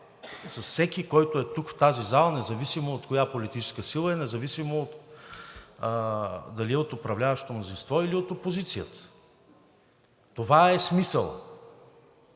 с всеки, който е тук, в тази зала, независимо от коя политическа сила е, независимо дали е от управляващото мнозинство, или опозицията. Това е смисълът